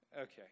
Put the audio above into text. Okay